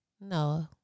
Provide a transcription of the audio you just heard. no